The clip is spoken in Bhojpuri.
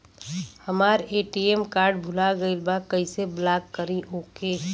हमार ए.टी.एम कार्ड भूला गईल बा कईसे ब्लॉक करी ओके?